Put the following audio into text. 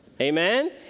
Amen